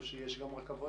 או שיש גם רכבות